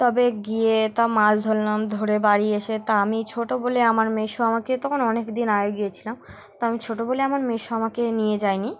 তবে গিয়ে তা মাছ ধরলাম ধরে বাড়ি এসে তা আমি ছোটো বলে আমার মেসো আমাকে তখন অনেক দিন আগে গিয়েছিলাম তো আমি ছোটো বলে আমার মেসো আমাকে নিয়ে যায়নি